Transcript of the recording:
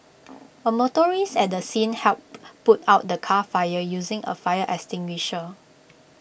A motorist at the scene helped put out the car fire using A fire extinguisher